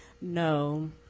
No